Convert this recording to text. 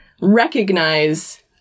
recognize